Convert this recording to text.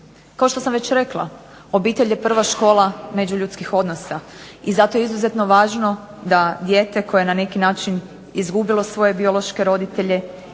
Kao što sam već rekla, obitelj je prva škola međuljudskih odnosa, i zato je izuzetno važno da dijete koje je na neki način izgubilo svoje biološke roditelje